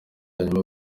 hanyuma